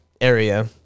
area